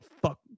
fuck